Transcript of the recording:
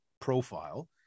profile